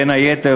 בין היתר,